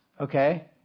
okay